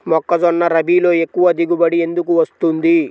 మొక్కజొన్న రబీలో ఎక్కువ దిగుబడి ఎందుకు వస్తుంది?